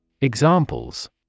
Examples